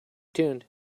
tuned